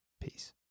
Peace